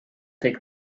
take